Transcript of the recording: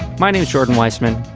my name's jordan weissman.